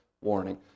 warning